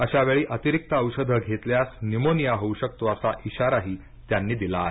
अशावेळी अतीरिक्त औषधे घेतल्यास न्युमोनिया होऊ शकतोअसा इशाराही त्यांनी दिला आहे